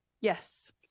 Yes